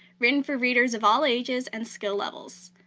written for readers of all ages and skill levels.